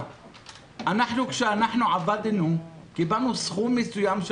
כשאנחנו עבדנו קיבלנו משכורת בסכום מסוים.